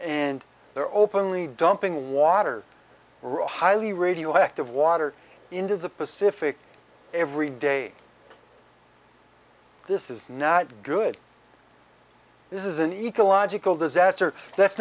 and there openly dumping water or a highly radioactive water into the pacific every day this is not good this is an ecological disaster that's